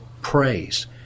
praise